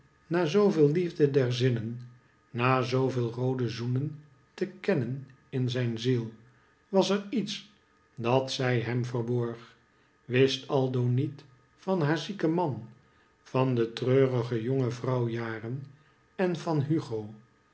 na zoo veel liefde der zinnen na zoo veel roode zoenen te kennen in zijn ziel was er iets dat zij hem verborg wist aldo niet van haar zieken man van de treurige jonge vrouwjaren en van hugo